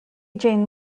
jane